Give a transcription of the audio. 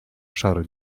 szary